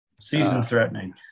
Season-threatening